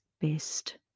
best